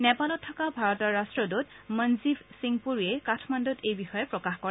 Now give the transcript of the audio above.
নেপালত থকা ভাৰতৰ ৰা্টদৃত মনজিভ সিং পুৰীয়ে কাঠমাণ্ডুত এই বিষয়ে প্ৰকাশ কৰে